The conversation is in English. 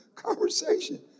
conversation